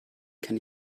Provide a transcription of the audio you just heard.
kenne